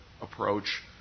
approach